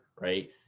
right